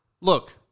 Look